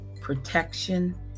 protection